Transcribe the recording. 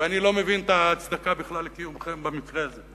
ואני לא מבין בכלל את ההצדקה לקיומכם במקרה הזה.